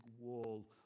wall